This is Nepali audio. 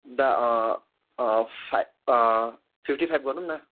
दा फाइभ फिफ्टी फाइभ गरौँ न